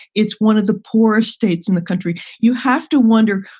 it's one of the poorest states in the country. you have to wonder,